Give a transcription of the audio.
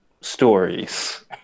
stories